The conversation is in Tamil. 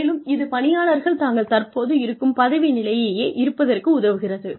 மேலும் இது பணியாளர்கள் தாங்கள் தற்போது இருக்கும் பதவி நிலையிலேயே இருப்பதற்கு உதவுகிறது